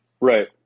Right